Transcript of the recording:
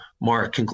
Mark